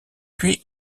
puis